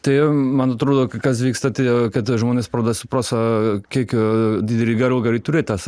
tai man atrodo kas vyksta tai kad žmonės pradeda supras kiek didelį gero gali turėti tas